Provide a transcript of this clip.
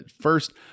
First